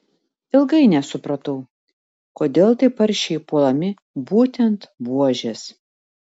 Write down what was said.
ilgai nesupratau kodėl taip aršiai puolami būtent buožės